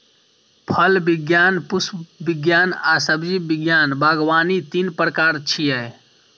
फल विज्ञान, पुष्प विज्ञान आ सब्जी विज्ञान बागवानी तीन प्रकार छियै